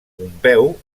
pompeu